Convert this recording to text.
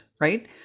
right